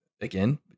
again